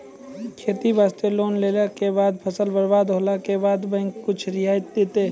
खेती वास्ते लोन लेला के बाद फसल बर्बाद होला के बाद बैंक कुछ रियायत देतै?